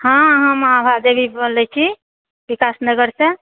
हाँ हम आभा देवी बजै छी विकासनगर से